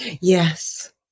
Yes